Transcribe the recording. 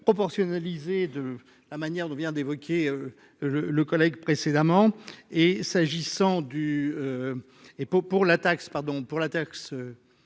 proportionnalité de la manière dont on vient d'évoquer le le collègue précédemment et s'agissant du et pour pour la taxe pardon pour la taxe